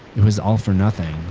it was all for nothing.